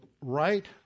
right